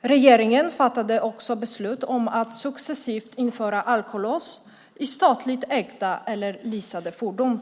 Regeringen fattade också beslut om att successivt införa alkolås i statligt ägda eller leasade fordon.